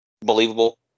believable